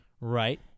Right